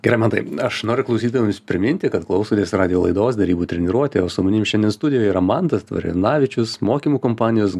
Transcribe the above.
gerai mantai aš noriu klausytojams priminti kad klausotės radijo laidos derybų treniruotė o su manim šiandien studijoje yra mantas tvarijonavičius mokymų kompanijos